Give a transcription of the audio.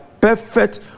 perfect